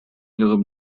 ihre